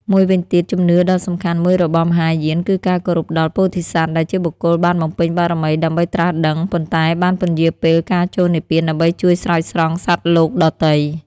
មួយវិញទៀតជំនឿដ៏សំខាន់មួយរបស់មហាយានគឺការគោរពដល់ ពោធិសត្វ ដែលជាបុគ្គលបានបំពេញបារមីដើម្បីត្រាស់ដឹង ប៉ុន្តែបានពន្យារពេលការចូលនិព្វានដើម្បីជួយស្រោចស្រង់សត្វលោកដទៃ។